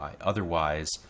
Otherwise